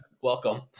welcome